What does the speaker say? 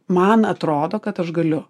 man atrodo kad aš galiu